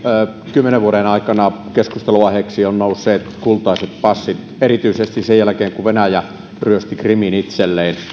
kymmenen vuoden aikana keskustelunaiheeksi ovat nousseet kultaiset passit erityisesti sen jälkeen kun venäjä ryösti krimin itselleen